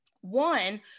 one